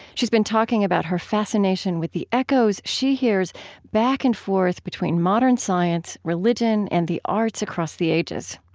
she's been talking about her fascination with the echoes she hears back and forth between modern science, religion, and the arts across the ages.